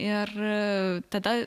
ir tada